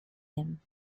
him